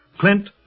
Clint